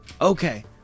Okay